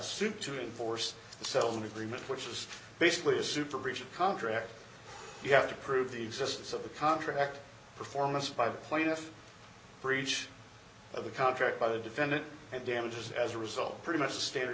soup to enforce the settlement agreement which is basically a super breach of contract you have to prove the existence of the contract performance by the plaintiff breach of the contract by the defendant and damages as a result pretty much standard